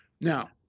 now